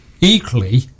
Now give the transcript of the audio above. equally